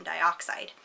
dioxide